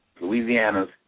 Louisiana's